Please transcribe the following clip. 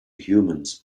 humans